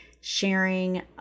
sharing